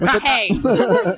hey